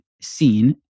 seen